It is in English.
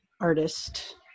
artist